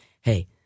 hey